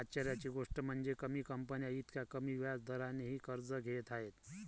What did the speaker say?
आश्चर्याची गोष्ट म्हणजे, कमी कंपन्या इतक्या कमी व्याज दरानेही कर्ज घेत आहेत